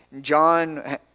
John